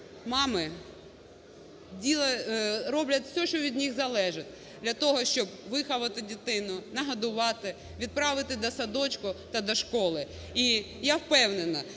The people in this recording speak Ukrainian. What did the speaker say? мами роблять все, що від них залежить для того, щоб виховати дитину, нагодувати, відправити до садочку та до школи. І я впевнена,